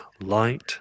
light